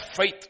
faith